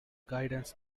guidance